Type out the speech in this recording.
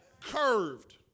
Curved